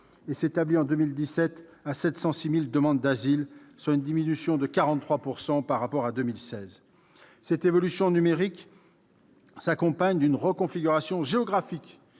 et s'est établie en 2017 à 706 000 demandes d'asile, une diminution de 43 % par rapport à 2016. Cette évolution numérique s'accompagne d'une reconfiguration géographique